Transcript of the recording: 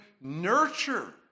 nurture